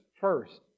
first